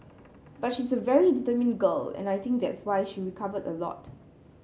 but she's a very determined girl and I think that's why she recovered a lot